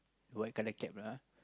white colour cap lah